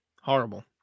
Horrible